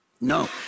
No